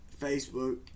Facebook